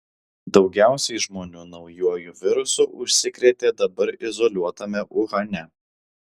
daugiausiai žmonių naujuoju virusu užsikrėtė dabar izoliuotame uhane